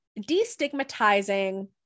destigmatizing